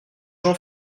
jean